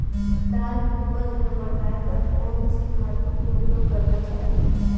धान के उपज ल बढ़ाये बर कोन से खातु के उपयोग करना चाही?